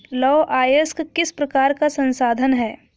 लौह अयस्क किस प्रकार का संसाधन है?